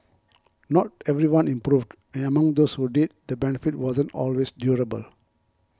not everyone improved and among those who did the benefit wasn't always durable